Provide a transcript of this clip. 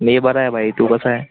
मी बरा आहे भाई तू कसा आहे